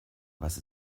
was